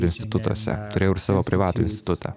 institutuose turėjau ir savo privatų institutą